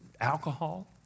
alcohol